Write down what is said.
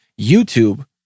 YouTube